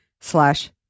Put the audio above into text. slash